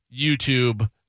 YouTube